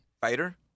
Fighter